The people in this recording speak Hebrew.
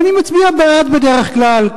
ואני מצביע בעד בדרך כלל,